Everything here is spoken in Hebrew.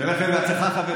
שיהיה לכם בהצלחה,